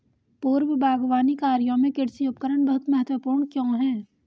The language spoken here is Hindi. पूर्व बागवानी कार्यों में कृषि उपकरण बहुत महत्वपूर्ण क्यों है?